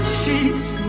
sheets